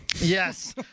Yes